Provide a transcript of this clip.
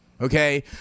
okay